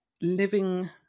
living